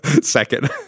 Second